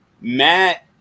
Matt